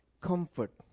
comfort